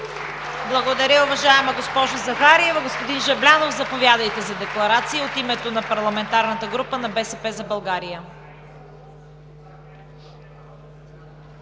Благодаря, уважаема госпожо Захариева. Господин Жаблянов, заповядайте за декларация от името на парламентарната група на „БСП за България“.